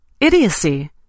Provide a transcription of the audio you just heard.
Idiocy